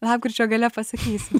lapkričio gale pasakysiu